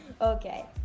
Okay